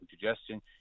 digestion